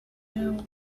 know